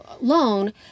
loan